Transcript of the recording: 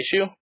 issue